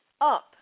up